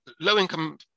low-income